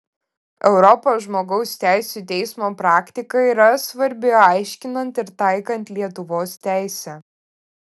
europos žmogaus teisių teismo praktika yra svarbi aiškinant ir taikant lietuvos teisę